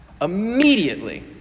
Immediately